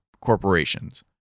corporations